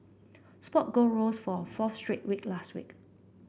spot gold rose for a fourth straight week last week